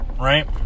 right